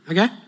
Okay